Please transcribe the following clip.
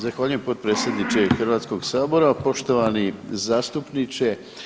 Zahvaljujem potpredsjedniče Hrvatskog sabora, poštovani zastupniče.